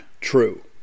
true